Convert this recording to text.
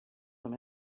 them